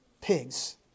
pigs